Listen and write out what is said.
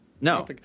No